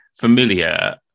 familiar